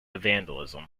vandalism